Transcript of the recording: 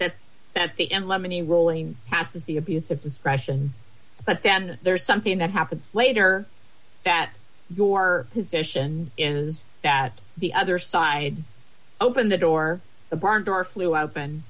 that that's the end lemony rolling past the abuse of discretion but then there's something that happens later that your position is that the other side open the door the barn door flew open and